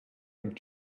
and